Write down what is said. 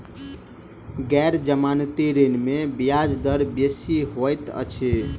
गैर जमानती ऋण में ब्याज दर बेसी होइत अछि